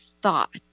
thought